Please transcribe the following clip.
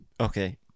Okay